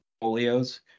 portfolios